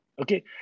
Okay